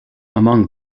among